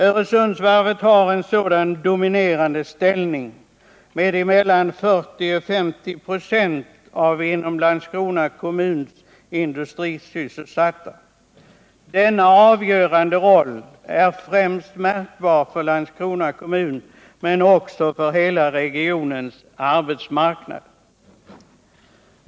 Öresundsvarvet har en sådan dominerande ställning med mellan 40 och 50 96 av de inom Landskrona kommun industrisysselsatta. Denna avgörande roll är främst märkbar för Landskrona kommun men också för hela regionens arbetsmarknad.